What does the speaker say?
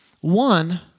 One